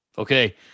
Okay